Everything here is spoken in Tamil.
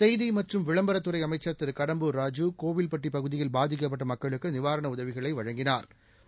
செய்தி மற்றும் விளம்பரத்துறை அமைச்சள் திரு கடம்பூர் ராஜூ கோவில்பட்டி பகுதியில் பாதிக்கப்பட்ட மக்களுக்கு நிவாரண உதவிகளை வழங்கினாா்